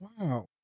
Wow